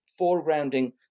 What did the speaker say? foregrounding